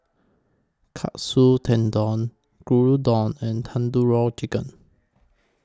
Katsu Tendon Gyudon and Tandoori Chicken